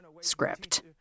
script